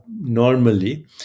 normally